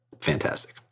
fantastic